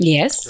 Yes